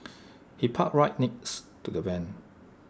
he parked right next to the van